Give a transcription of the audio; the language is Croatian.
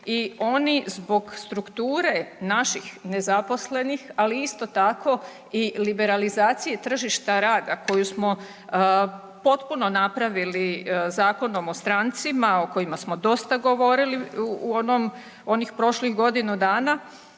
i oni zbog strukture naših nezaposlenih, ali isto tako i liberalizacije tržišta rada koju smo potpuno napravili Zakonom o strancima o kojima smo dosta govorili u onih prošlih godinu dana,